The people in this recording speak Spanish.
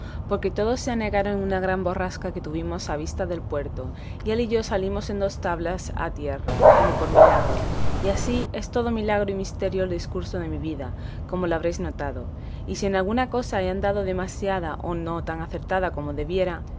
porque todos se anegaron en una gran borrasca que tuvimos a vista del puerto y él y yo salimos en dos tablas a tierra como por milagro y así es todo milagro y misterio el discurso de mi vida como lo habréis notado y si en alguna cosa he andado demasiada o no tan acertada como debiera